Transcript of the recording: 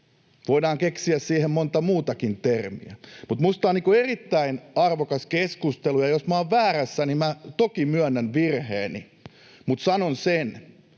Voidaan keksiä siihen monta muutakin termiä, mutta minusta tämä on erittäin arvokas keskustelu, ja jos minä olen väärässä, niin minä toki myönnän virheeni. Mutta sanon,